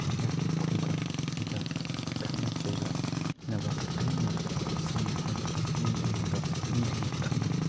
ꯑꯩꯍꯥꯛꯀꯤ ꯈꯨꯡꯒꯪꯗ ꯈꯠꯅ ꯆꯩꯅꯕ ꯑꯅꯤꯃꯛ ꯁꯝꯅ ꯍꯥꯏꯔꯕꯗ ꯃꯤ ꯑꯃꯒ ꯃꯤ ꯑꯃꯒ ꯈꯠꯅꯕ